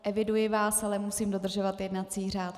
Eviduji vás, ale musím dodržovat jednací řád.